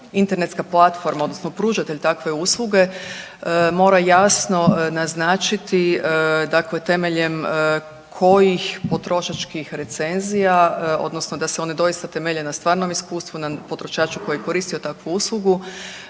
internetska platforma, odnosno pružatelj takve usluge mora jasno naznačiti, dakle temeljem kojih potrošačkih recenzija, odnosno da se one doista temelje na stvarnom iskustvu, na potrošaču koji je koristio takvu uslugu